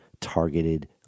targeted